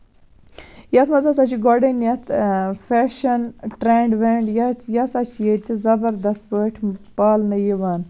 یَتھ منٛز ہسا چھُ گۄڈٕنیتھ فیشَن ٹرینڈ وینڈ یہِ یہِ ہسا چھِ ییٚتہِ زَبردست پٲٹھۍ پالنہٕ یِوان